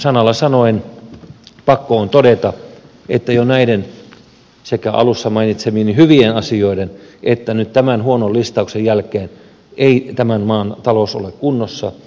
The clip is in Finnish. sanalla sanoen pakko on todeta että sekä näiden jo alussa mainitsemieni hyvien asioiden että nyt tämän huonon listauksen jälkeen ei tämän maan talous ole kunnossa